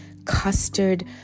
custard